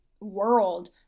world